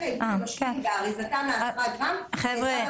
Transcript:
העיבוד נעשה באריזה של 10 גרם --- חבר'ה,